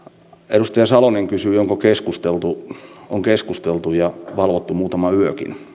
edustaja salonen kysyi onko keskusteltu on keskusteltu ja valvottu muutama yökin